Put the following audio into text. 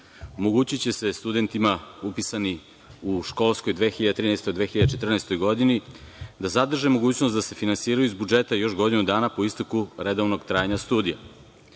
omogućiće se studentima upisani u školskoj 2013/2014. godini da zadrže mogućnost da se finansiraju iz budžeta još godinu dana po isteku redovnog trajanja studija.